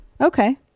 okay